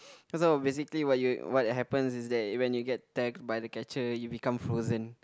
cause oh basically what you what happens is that when you get tagged by the catcher you become frozen